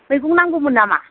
मैगं नांगौमोन नामा